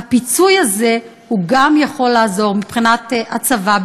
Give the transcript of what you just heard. הפיצוי הזה גם הוא יכול לעזור מבחינת הצבא,